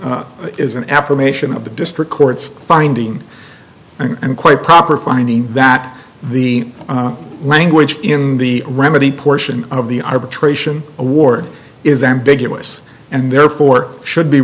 is an affirmation of the district court's finding and quite proper finding that the language in the remedy portion of the arbitration award is ambiguous and therefore should be